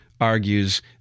argues